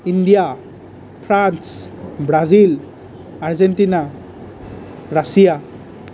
India France Brazil Argentina Russia